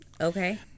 Okay